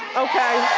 okay?